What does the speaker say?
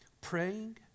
praying